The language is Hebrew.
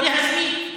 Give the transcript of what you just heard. או להסמיק.